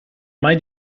mai